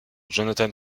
jonathan